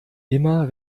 immer